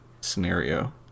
scenario